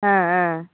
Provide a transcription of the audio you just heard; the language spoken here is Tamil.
ஆ ஆ